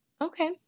Okay